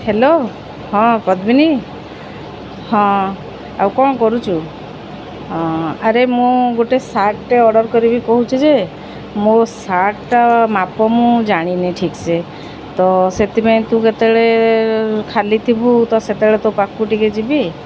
hello ହଁ ପଦ୍ମିନୀ ହଁ ଆଉ କ'ଣ କରୁଛୁ ହଁ ଆରେ ମୁଁ ଗୋଟେ ସାର୍ଟ୍ଟେ ଅର୍ଡ଼ର୍ କରିବି କହୁଛି ଯେ ମୋ ସାର୍ଟ୍ଟା ମାପ ମୁଁ ଜାଣିନି ଠିକ୍ସେ ତ ସେଥିପାଇଁ ତୁ କେତେବେଳେ ଖାଲିଥିବୁ ତ ସେତେବେଳେ ତୋ ପାଖକୁ ଟିକିଏ ଯିବି